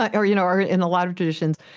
ah or you know or in a lot of traditions,